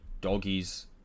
Doggies